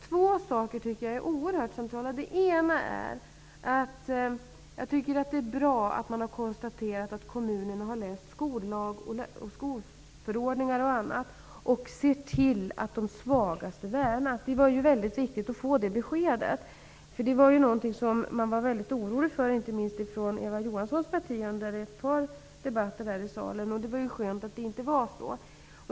Två saker tycker jag är oerhört centrala. Det ena är att det är bra att man har konstaterat att kommunerna har läst skollag och skolförordningar och att de ser till att de svagaste värnas. Det var väldigt viktigt att vi fick det beskedet, eftersom det var något som man inte minst inom Eva Johanssons parti var väldigt orolig för, vilket framkom under ett par debatter som vi förde här i kammaren. Det var därför skönt att det visade sig att det inte fanns någon anledning till oro.